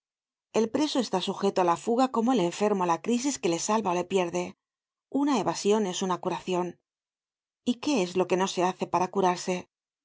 el preso está sujeto á latuga como el enfermo á la crisis que le salva ó le pierde una evasion es una curacion y qué es lo que no se hace para curarse